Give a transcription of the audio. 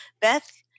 Beth